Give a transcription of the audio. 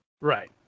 Right